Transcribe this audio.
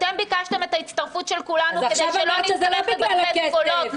אתם ביקשתם את ההצטרפות של כולנו כדי שלא נצטרך לבזבז קולות,